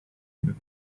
you